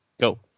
Go